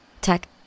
Tech